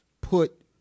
put